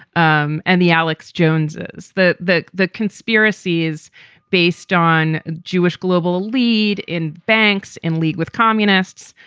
um and the alex jones is that the the conspiracy is based on jewish global lead in banks in league with communists.